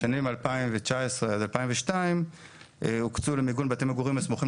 בשנים 2019 עד 2002 הוקצו למיגון בתי מגורים הסמוכים